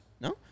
No